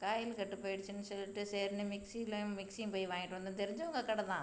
coil கெட்டுப் போயிடுச்சுன்னு சொல்லிவிட்டு சரின்னு மிக்சிலயும் மிக்சியும் போய் வாங்கிகிட்டு வந்து தெரிஞ்சவங்க கட தான்